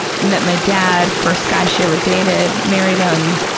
met my dad, first guy she ever dated, married him,